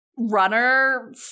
runner